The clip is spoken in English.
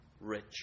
rich